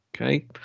Okay